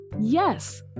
Yes